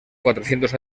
cuatrocientos